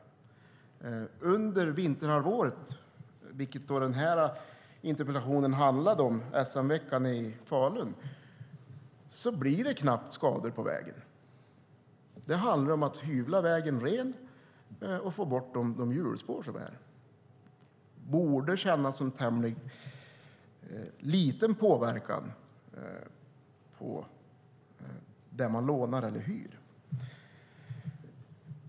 Under vinterhalvåret, vilket är vad denna interpellation handlade om, nämligen SM-veckan i Falun, blir det knappt skador på vägen. Det handlar om att hyvla vägen ren och få bort de hjulspår som har uppstått. Det borde kännas som tämligen liten påverkan på det man lånar eller hyr.